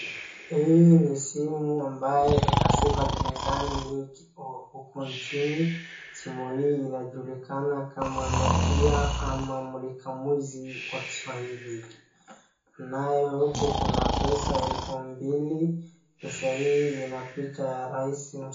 Hii ni simu ambaye ina sifa kinzani huku nchini, simu hii inajulikana kama nokia ama mulika mwizi kwa kiswahili. Naye huku kuna pesa elfu mbili, pesa hii ina picha ya rais.